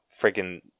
freaking